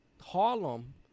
Harlem